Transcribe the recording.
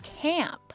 camp